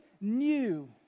new